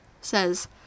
says